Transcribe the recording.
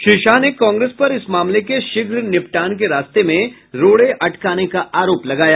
श्री शाह ने कांग्रेस पर इस मामले के शीघ्र निपटान के रास्ते में रोड़े अटकाने का आरोप लगाया